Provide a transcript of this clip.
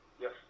Yes